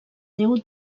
déu